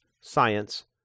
science